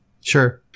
Sure